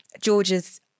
George's